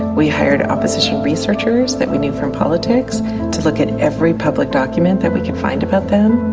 we hired opposition researchers that we knew from politics to look at every public document that we could find about them,